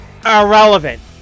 irrelevant